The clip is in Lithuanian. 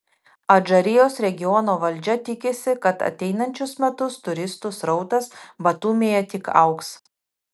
adžarijos regiono valdžia tikisi kad ateinančius metus turistų srautas batumyje tik augs